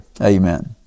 Amen